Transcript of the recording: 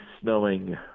snowing